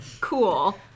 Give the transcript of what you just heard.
cool